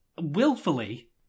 willfully